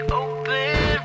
open